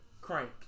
Crank